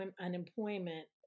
unemployment